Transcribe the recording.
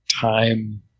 time